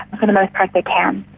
and most part they can.